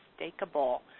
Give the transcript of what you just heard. unmistakable